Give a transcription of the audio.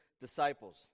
disciples